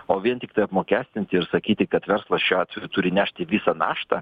o vien tiktai apmokestinti ir sakyti kad verslas šiuo atveju turi nešti visą naštą